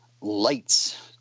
lights